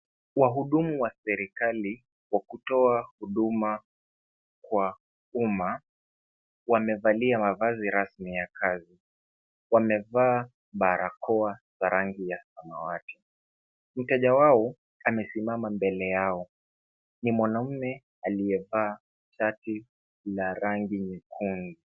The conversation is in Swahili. Wahudumu wa serikali wa kutoa huduma kwa umma, wamevalia mavazi rasmi ya kazi. Wamevaa barakoa za rangi ya samawati, mteja wao amesimama mbele yao. Ni mwanaume aliyevaa shati la rangi nyekundu.